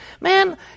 Man